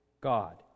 God